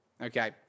Okay